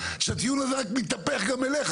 רק שהטיעון הזה מתהפך גם אליך,